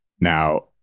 Now